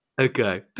Okay